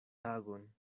tagon